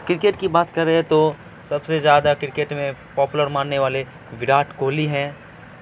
cricket کی بات کرے تو سب سے زیادہ کرکٹ میں پاپولر ماننے والے وراٹ کوہلی ہیں